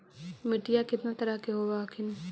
मिट्टीया कितना तरह के होब हखिन?